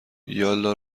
یالا